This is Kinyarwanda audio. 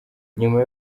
nyuma